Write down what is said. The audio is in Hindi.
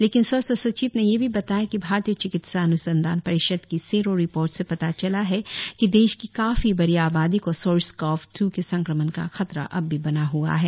लेकिन स्वास्थ्य सचिव ने यह भी बताया कि भारतीय चिकित्सा अन्संधान परिषद की सेरो रिपोर्ट से पता चला है कि देश की काफी बड़ी आबादी को सार्स कोव ट्र के संक्रमण का खतरा अब भी बना हआ है